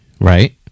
right